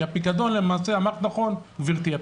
כי אמרת נכון גבירתי,